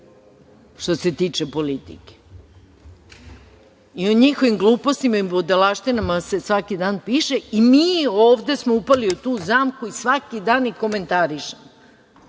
što se tiče politike. O njihovim glupostima i budalaštinama se svaki dan piše i mi ovde smo upali u zamku i svaki dan ih komentarišemo.